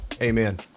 amen